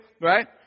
Right